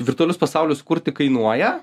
virtualius pasaulius kurti kainuoja